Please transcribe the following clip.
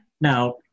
Now